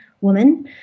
woman